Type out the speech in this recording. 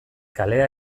kalea